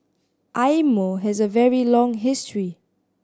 Eye Mo has a very long history